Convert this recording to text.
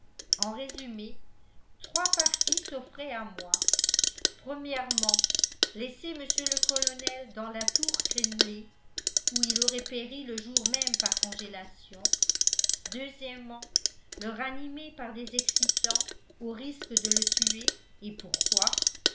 en résumé trois partis s'offraient à moi laisser mr le colonel dans la tour crénelée où il aurait péri le jour même par congélation le ranimer par des excitants au risque de le tuer et pourquoi